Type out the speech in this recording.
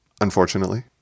Unfortunately